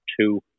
two